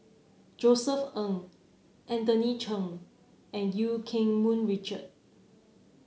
Josef Ng Anthony Chen and Eu Keng Mun Richard